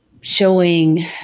showing